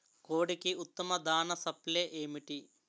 కోడికి ఉత్తమ దాణ సప్లై ఏమిటి?